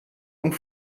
und